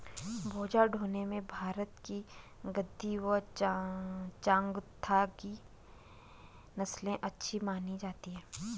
बोझा ढोने में भारत की गद्दी व चांगथागी नस्ले अच्छी मानी जाती हैं